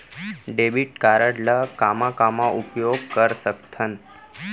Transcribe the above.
Debit card ला कामा कामा उपयोग कर सकथन?